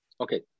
Okay